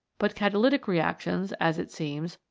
but catalytic reactions, as it seems,